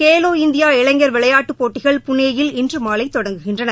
Khelo India இளைஞர் விளையாட்டுப் போட்டிகள் புனேயில் இன்று மாலை தொடங்குகின்றன